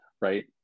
right